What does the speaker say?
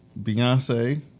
Beyonce